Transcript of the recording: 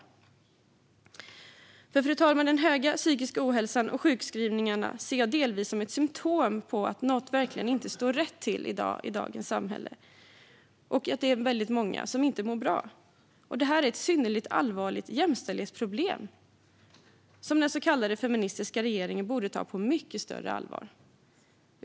Jag ser nämligen den stora psykiska ohälsan och sjukskrivningarna delvis som ett symtom på att något verkligen inte står rätt till i dagens samhälle, fru talman. Det är många som inte mår bra, och det är ett synnerligen allvarligt jämställdhetsproblem som den så kallade feministiska regeringen borde ta på mycket större allvar.